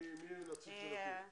מי הנציג של נתיב?